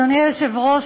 אדוני היושב-ראש,